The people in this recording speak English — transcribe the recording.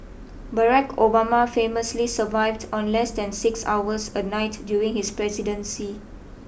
Barack Obama famously survived on less than six hours a night during his presidency